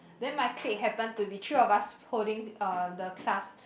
then my clique happen to be the three of us holding uh the class